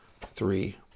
Three